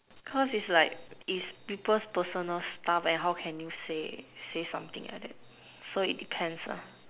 cause is like is people's personal stuff and how can you say say something like that so it depends ah